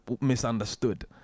misunderstood